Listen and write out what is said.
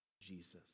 Jesus